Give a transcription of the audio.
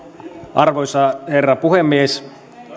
arvoisa herra puhemies